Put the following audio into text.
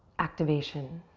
activation,